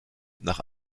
nach